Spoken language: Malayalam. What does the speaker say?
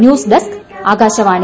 news desk Akashvani